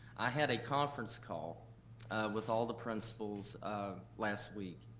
i had a conference call with all the principles um last week,